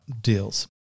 deals